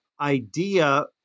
idea